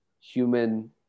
human